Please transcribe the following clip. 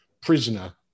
prisoner